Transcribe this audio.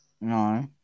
No